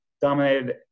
dominated